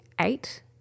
eight